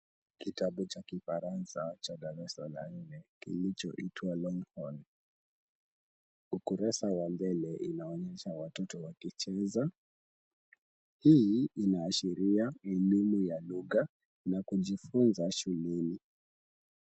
Kitabu cha Kifaransa cha darasa la nne kilichoitwa Longhorn. Ukurasa wa mbele inaonyesha watoto wakicheza. Hii inaashiria ni elimu ya lugha na kujifunza shuleni.